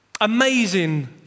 amazing